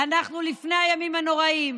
אנחנו לפני הימים הנוראים,